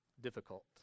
difficult